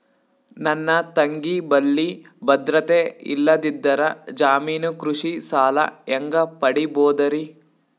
ನನ್ನ ತಂಗಿ ಬಲ್ಲಿ ಭದ್ರತೆ ಇಲ್ಲದಿದ್ದರ, ಜಾಮೀನು ಕೃಷಿ ಸಾಲ ಹೆಂಗ ಪಡಿಬೋದರಿ?